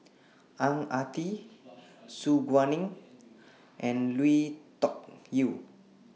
Ang Ah Tee Su Guaning and Lui Tuck Yew